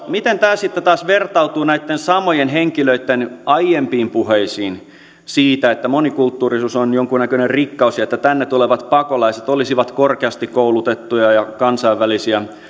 miten tämä sitten taas vertautuu näitten samojen henkilöitten aiempiin puheisiin siitä että monikulttuurisuus on jonkunnäköinen rikkaus ja että tänne tulevat pakolaiset olisivat korkeasti koulutettuja ja kansainvälisiä